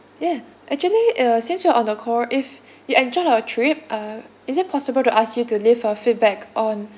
yeah actually uh since we are on the call if you enjoyed our trip uh is it possible to ask you to leave a feedback on